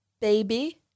baby